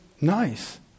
nice